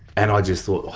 and i just thought,